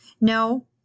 no